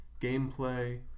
gameplay